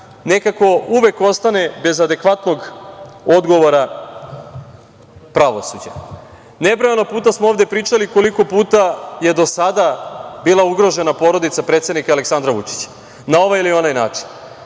nekako uvek ostane bez adekvatnog odgovora pravosuđa. Nebrojano puta smo ovde pričali koliko puta je do sada bila ugrožena porodica predsednika Aleksandra Vučića na ovaj ili onaj način,